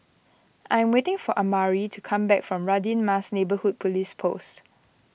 I'm waiting for Amari to come back from Radin Mas Neighbourhood Police Post